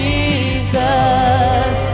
Jesus